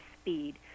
speed